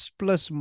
plus